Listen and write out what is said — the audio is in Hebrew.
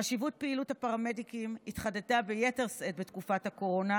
חשיבות פעילות הפרמדיקים התחדדה ביתר שאת בתקופת הקורונה,